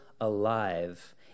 alive